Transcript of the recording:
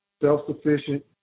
self-sufficient